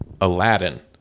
Aladdin